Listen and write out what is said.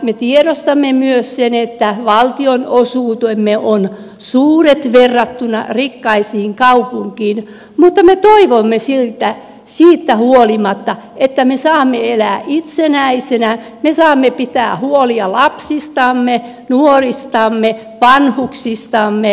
me tiedostamme myös sen että valtionosuutemme ovat suuret verrattuna rikkaisiin kaupunkeihin mutta me toivomme siitä huolimatta että me saamme elää itsenäisinä me saamme pitää huolta lapsistamme nuoristamme vanhuksistamme ja niin edelleen